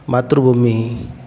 मातृभूमी